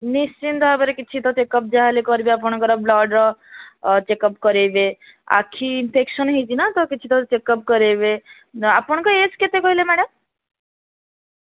ନିଶ୍ଚିନ୍ତ ଭାବରେ କିଛି ତ ଚେକପ୍ ଯାହେଲେ କରିବେ ଆପଣଙ୍କର ବ୍ଲଡ଼ର ଚେକପ୍ କରାଇବେ ଆଖି ଇନଫେକ୍ସନ ହୋଇଛି ନା ତ କିଛି ତ ଚେକପ୍ କରାଇବେ ଆପଣଙ୍କ ଏଜ୍ କେତେ କହିଲେ ମାଡ଼ାମ